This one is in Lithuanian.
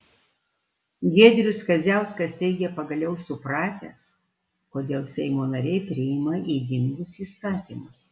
giedrius kadziauskas teigia pagaliau supratęs kodėl seimo nariai priima ydingus įstatymus